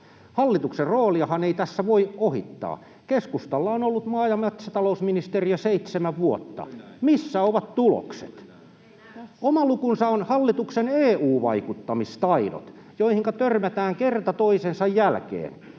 Hallituksen rooliahan ei tässä voi ohittaa: keskustalla on ollut maa- ja metsätalousministeriö seitsemän vuotta. [Oikealta: Juuri näin!] Missä ovat tulokset? Oma lukunsa on hallituksen EU-vaikuttamistaidot, joihin törmätään kerta toisensa jälkeen.